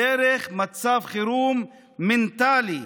דרך מצב חירום מנטלי.